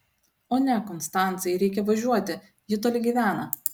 o ne konstancai reikia važiuoti ji toli gyvena